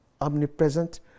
omnipresent